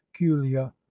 culia